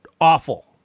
awful